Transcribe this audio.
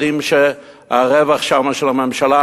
יודעים שהרווח שם של הממשלה,